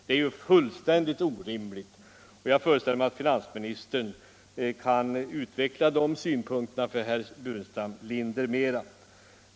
Det är ju fullständigt orimligt, och jag föreställer mig att finansministern vill närmare utveckla dessa synpunkter.